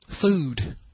food